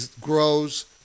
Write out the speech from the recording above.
grows